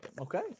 Okay